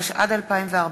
התשע"ד 2014,